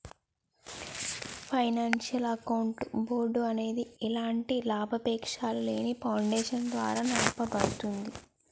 financial accounting board అనేది ఎలాంటి లాభాపేక్షలేని ఫౌండేషన్ ద్వారా నడపబడుద్ది